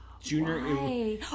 junior